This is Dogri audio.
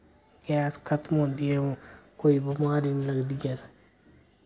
गैस खत्म होंदी ऐ ओह् कोई बमारी नि लगदी ऐ असें